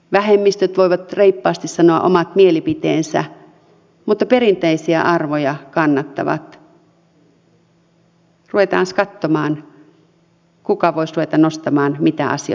vähemmistöt voivat reippaasti sanoa omat mielipiteensä mutta perinteisiä arvoja kannattavat ruvetaanpas katsomaan kuka voisi ruveta nostamaan mitäkin asioita esiin